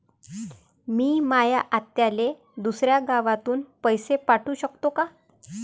मी माया आत्याले दुसऱ्या गावातून पैसे पाठू शकतो का?